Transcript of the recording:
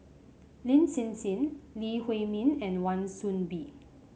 Lin Hsin Hsin Lee Huei Min and Wan Soon Bee